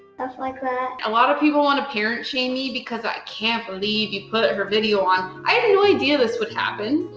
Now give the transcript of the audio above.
stuff like that. a lot of people wanna parent-shame me because, i can't believe you put her video on, i had no idea this would happen.